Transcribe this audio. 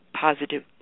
positive